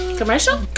Commercial